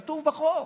כתוב בחוק,